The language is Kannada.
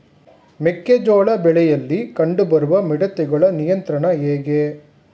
ಮೆಕ್ಕೆ ಜೋಳ ಬೆಳೆಯಲ್ಲಿ ಕಂಡು ಬರುವ ಮಿಡತೆಗಳ ನಿಯಂತ್ರಣ ಹೇಗೆ?